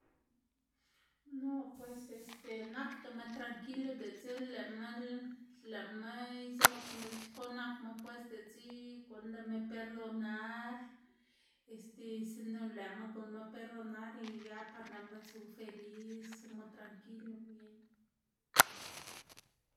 no pues este nakdama tranquilo diꞌltse lëꞌma lëꞌma izobna dela xkuꞌn nakma pues diꞌtse guꞌnndama perdonar este sino lëꞌma guꞌnnma perdonar y ya par lëꞌma tsu feliz, zuma tranquilo bien.